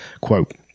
Quote